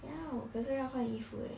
要可是要换衣服 leh